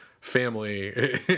family